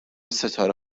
ستاره